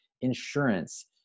insurance